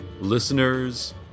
Listeners